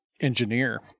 engineer